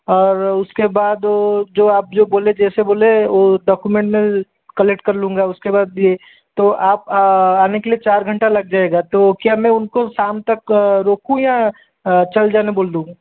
और उस के बाद जो आप जो बोले जैसे बोले वो डॉक्यूमेंट मैं कलेक्ट कर लूँगा उसके बाद भी तो आप आने के लिए चार घंटा लग जाएगा तो क्या मैं उनको शाम तक रोकूँ या चल जाने बोल दूँ